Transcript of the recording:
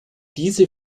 diese